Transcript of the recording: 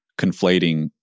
conflating